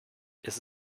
ist